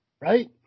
Right